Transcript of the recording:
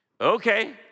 Okay